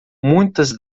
muitas